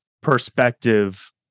perspective